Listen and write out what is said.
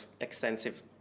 extensive